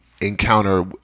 encounter